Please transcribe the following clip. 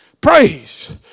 Praise